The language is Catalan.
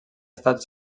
estat